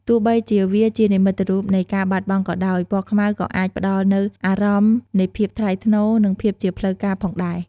ទោះបីជាវាជានិមិត្តរូបនៃការបាត់បង់ក៏ដោយ ពណ៌ខ្មៅក៏អាចផ្តល់នូវអារម្មណ៍នៃភាពថ្លៃថ្នូរ និងភាពជាផ្លូវការផងដែរ។